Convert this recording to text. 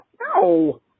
No